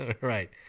right